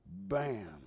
Bam